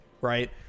Right